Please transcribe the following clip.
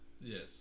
Yes